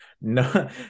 No